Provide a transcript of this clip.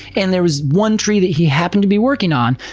and there was one tree that he happened to be working on,